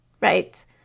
Right